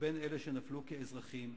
ובין אלה שנפלו כאזרחים,